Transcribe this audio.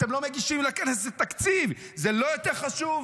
אתם לא מגישים לכנסת תקציב, זה לא יותר חשוב?